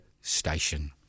station